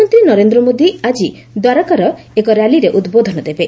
ପ୍ରଧାନମନ୍ତ୍ରୀ ନରେନ୍ଦ୍ର ମୋଦି ଆଜି ଦ୍ୱାରକାରେ ଏକ ର୍ୟାଲିରେ ଉଦ୍ବୋଧନ ଦେବେ